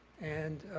and